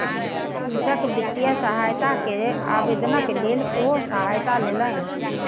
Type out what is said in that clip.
कृषक वित्तीय सहायता के आवेदनक लेल ओ सहायता लेलैन